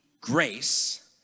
grace